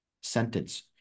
sentence